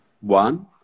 One